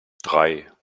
drei